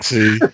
See